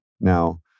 Now